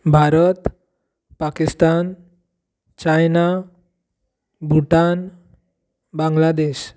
Bharat Pakistan China Bhutan Bangladesh